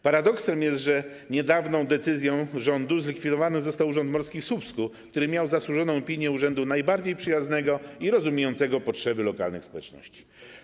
Paradoksem jest, że niedawną decyzją rządu zlikwidowany został Urząd Morski w Słupsku, który miał zasłużoną opinię urzędu najbardziej przyjaznego i rozumiejącego potrzeby lokalnych społeczności.